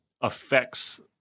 affects